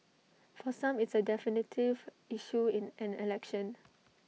for some it's A definitive issue in an election